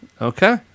okay